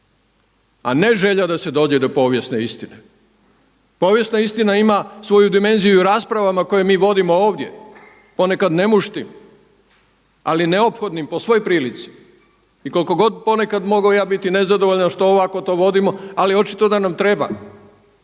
a ne želja da se dođe do povijesne istine. Povijesna istina ima svoju dimenziju u raspravama koje mi vodimo ovdje ponekad nemuštim, ali neophodnim po svoj prilici. I koliko ponekad mogao ja biti nezadovoljan što ovako to vodimo, ali očito da nam treba.